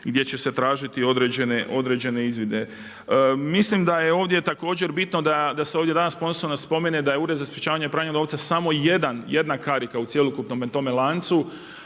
gdje će se tražiti određene izvide. Mislim da je ovdje također bitno da se ovdje danas posebno spomene da je Ured za sprječavanje pranja novca samo jedna karika u cjelokupnome tome lancu